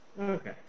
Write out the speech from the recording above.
Okay